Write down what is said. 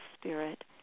spirit